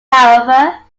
however